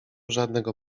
żadnego